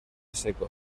seco